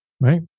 Right